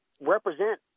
represent